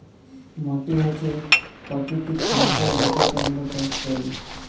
মাটি হছে ইক পাকিতিক সম্পদ যেটতে আমরা চাষ ক্যরি